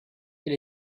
elle